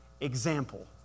Example